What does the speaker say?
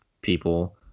people